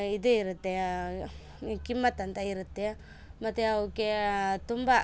ಇದು ಇರುತ್ತೆ ಕಿಮ್ಮತ್ತು ಅಂತ ಇರುತ್ತೆ ಮತ್ತೆ ಅವಕ್ಕೆ ತುಂಬ